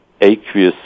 aqueous